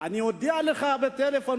אני אודיע לך בטלפון,